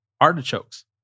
artichokes